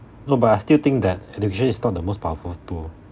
no but I still think that education is not the most powerful tool